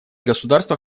государства